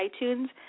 iTunes